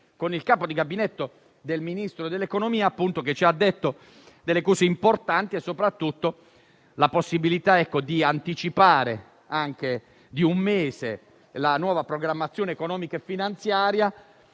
scorsa il capo di Gabinetto del Ministro dell'economia ci ha detto cose importanti, tra cui la possibilità di anticipare di un mese la nuova programmazione economica e finanziaria